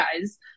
guys